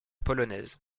polonaise